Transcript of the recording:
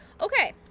Okay